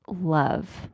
love